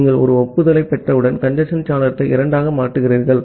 நீங்கள் ஒரு ஒப்புதலைப் பெற்றவுடன் கஞ்சேஸ்ன் சாளரத்தை 2 ஆக மாற்றுகிறீர்கள்